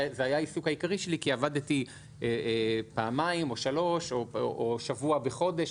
זה היה העיסוק העיקרי שלי כי עבדתי פעמיים או שלוש או שבוע בחודש,